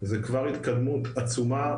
זה כבר התקדמות עצומה,